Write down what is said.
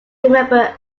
remembered